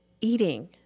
eating